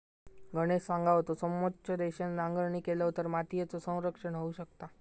गणेश सांगा होतो, समोच्च रेषेन नांगरणी केलव तर मातीयेचा संरक्षण होऊ शकता